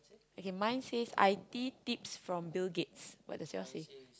okay mine says I_T tips from Bill-Gates what does yours say